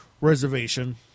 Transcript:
reservation